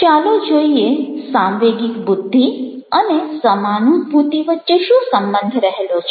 ચાલો જોઈએ સાંવેગિક બુદ્ધિ અને સમાનુભૂતિ વચ્ચે શો સંબંધ રહેલો છે